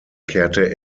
kehrte